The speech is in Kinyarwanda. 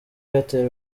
airtel